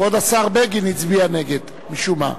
כבוד השר בגין הצביע נגד משום מה.